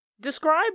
Describe